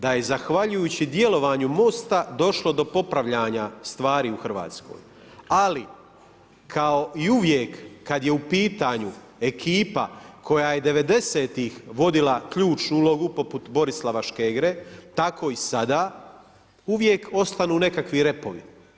Da je zahvaljujući djelovanju MOST-a došlo do popravljanja stvari u Hrvatskoj, ali kao i uvijek kad je u pitanju ekipa koja je '90-ih vodila ključnu ulogu poput Borislava Škegre, tako i sada, uvijek ostanu nekakvi repovi.